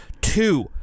Two